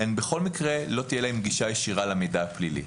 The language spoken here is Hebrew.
בכל מקרה לא תהיה להם גישה ישירה למידע הפלילי.